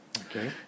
okay